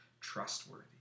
trustworthy